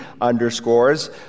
underscores